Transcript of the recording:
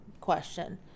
question